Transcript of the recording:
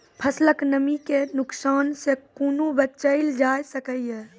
फसलक नमी के नुकसान सॅ कुना बचैल जाय सकै ये?